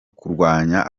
kurwanya